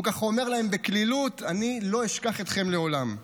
והוא כך אומר להם בקלילות: אני לא אשכח אתכם לעולם.